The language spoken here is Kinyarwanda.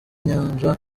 inyanja